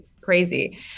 crazy